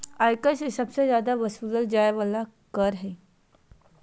आय कर सबसे जादे वसूलल जाय वाला कर हय